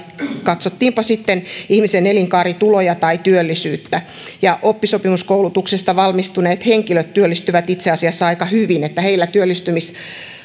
katsottiinpa sitten ihmisen elinkaarituloja tai työllisyyttä oppisopimuskoulutuksesta valmistuneet henkilöt työllistyvät itse asiassa aika hyvin eli heillä